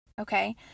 okay